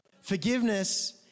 Forgiveness